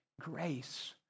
grace